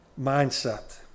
mindset